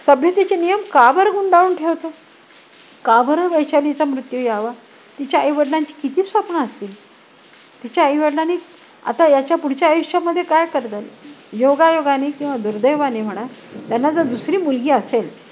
सभ्यतेचे नियम का बरं गुंडाळून ठेवतो का बरं वैशालीचा मृत्यू यावा तिच्या आई वडिलांची किती स्वप्न असतील तिच्या आई वडिलांनी आता याच्या पुढच्या आयुष्यामध्ये काय करतील योगायोगानी किंवा दुर्दैवाने म्हणा त्यांना जर दुसरी मुलगी असेल